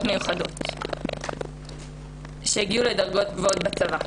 מיוחדות שהגיעו לדרגות גבוהות בצבא.